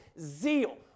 zeal